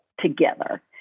together